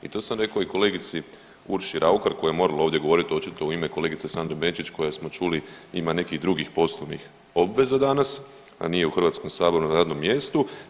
I to sam rekao i kolegici Urši Raukar koja je morala ovdje govoriti očito u ime kolegice Sandre Benčić koja smo čuli ima nekih drugih poslovnih obveza danas, a nije u Hrvatskom saboru, na radnom mjestu.